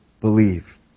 believe